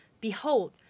behold